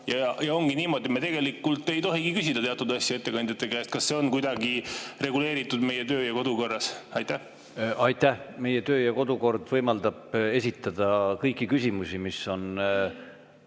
ja ongi niimoodi, et me tegelikult ei tohigi küsida teatud asju ettekandjate käest? Kas see on kuidagi reguleeritud meie töö- ja kodukorras? Aitäh! Meie töö- ja kodukord võimaldab esitada kõiki küsimusi, mis on